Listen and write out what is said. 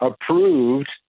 approved